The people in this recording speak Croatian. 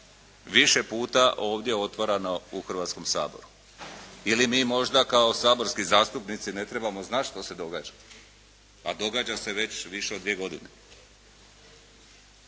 više puta ovdje otvarano u Hrvatskom saboru. Ili mi možda kao saborski zastupnici ne trebamo znati što se događa, a događa se već više od 2 godine.